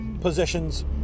positions